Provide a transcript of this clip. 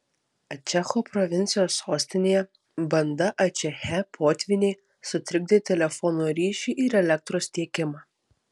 ačecho provincijos sostinėje banda ačeche potvyniai sutrikdė telefono ryšį ir elektros tiekimą